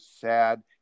sad